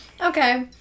Okay